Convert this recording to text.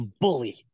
bully